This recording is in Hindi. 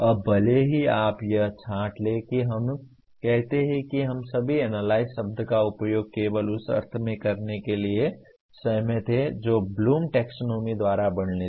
अब भले ही आप यह छांट लें कि हम कहते हैं कि हम सभी एनालाइज शब्द का उपयोग केवल उस अर्थ में करने के लिए सहमत हैं जो ब्लूम टैक्सोनॉमी द्वारा वर्णित है